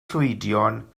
llwydion